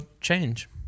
change